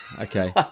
Okay